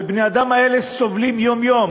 ובני-האדם האלה סובלים יום יום.